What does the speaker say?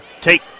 take